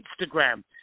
Instagram